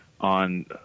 on